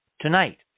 tonight